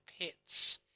pets